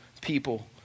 people